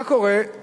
מה קורה אם